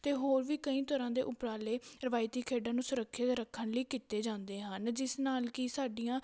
ਅਤੇ ਹੋਰ ਵੀ ਕਈ ਤਰ੍ਹਾਂ ਦੇ ਉਪਰਾਲੇ ਰਵਾਇਤੀ ਖੇਡਾਂ ਨੂੰ ਸੁਰੱਖਿਅਤ ਰੱਖਣ ਲਈ ਕੀਤੇ ਜਾਂਦੇ ਹਨ ਜਿਸ ਨਾਲ ਕਿ ਸਾਡੀਆਂ